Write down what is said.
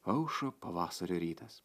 aušo pavasario rytas